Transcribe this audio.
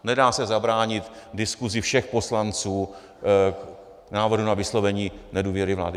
Nedá se zabránit diskusi všech poslanců k návrhu na vyslovení nedůvěry vládě.